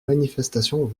manifestations